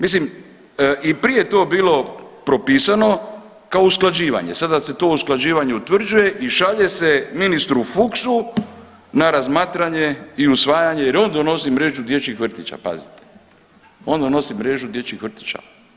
Mislim i prije je to bilo propisano kao usklađivanje, sada se to usklađivanje utvrđuje i šalje se ministru Fuchsu na razmatranje i usvajanje jer on donosi mrežu dječjih vrtića pazite, on donosi mrežu dječjih vrtića.